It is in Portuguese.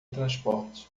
transporte